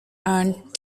aren’t